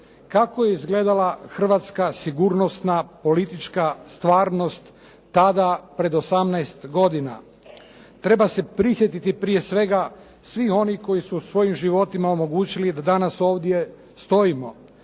kako je izgledala hrvatska sigurnosna politička stvarnost, tada prije 18 godina. Treba se prisjetiti prije svega svih onih koji su svojim životima omogućili da danas ovdje stojimo,